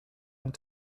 and